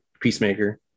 peacemaker